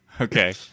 Okay